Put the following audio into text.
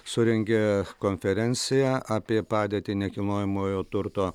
surengė konferenciją apie padėtį nekilnojamojo turto